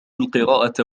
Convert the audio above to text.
القراءة